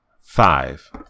five